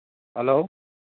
hello